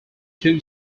two